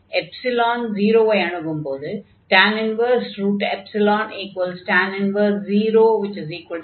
0 ஐ அணுகும்போது 0 0